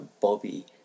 Bobby